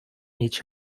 each